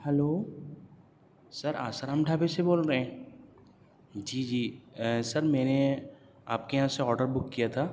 hello sir Asaram ڈھابے سے بول رہے ہیں جی جی سر میں نے آپ کے یہاں سے آرڈر بک کیا تھا